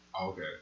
Okay